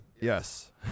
Yes